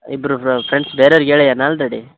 ಇಬ್ಬರು ಫ್ರೆಂಡ್ಸ್ ಬೇರೆಯರಿಗೆ ಹೇಳಯನ್ ಆಲ್ರೆಡಿ